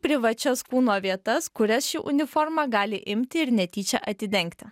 privačias kūno vietas kurias ši uniforma gali imti ir netyčia atidengti